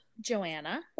Joanna